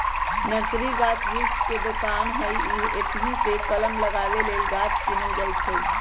nursery गाछ वृक्ष के दोकान हइ एतहीसे कलम लगाबे लेल गाछ किनल जाइ छइ